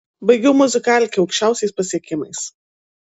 baigiau muzikalkę aukščiausiais pasiekimais